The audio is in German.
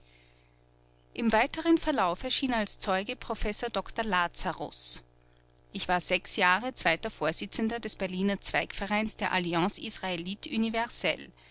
im weiteren verlauf erschien als zeuge professor dr lazarus ich war jahre zweiter vorsitzender des berliner zweigvereins der alliance israelite universelle